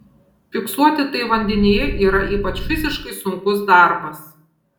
fiksuoti tai vandenyje yra ypač fiziškai sunkus darbas